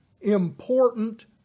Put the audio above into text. important